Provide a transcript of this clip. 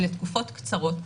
אלה תקופות קצרות.